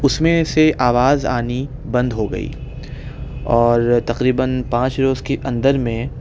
اس میں سے آواز آنی بند ہو گئی اور تقریباً پانچ روز کے اندر میں